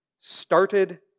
started